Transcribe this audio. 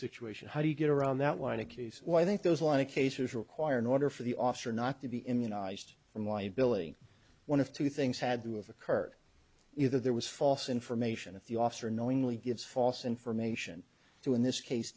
situation how do you get around that line a case why i think those a lot of cases require in order for the officer not to be immunized from liability one of two things had to have occurred either there was false information if the officer knowingly gives false information to in this case